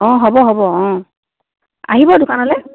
অ' হ'ব হ'ব অ' আহিব দোকানলৈ